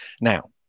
Now